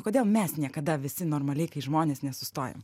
kodėl mes niekada visi normaliai kai žmonės nesustojam